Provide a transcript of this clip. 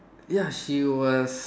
ya she was